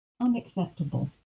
unacceptable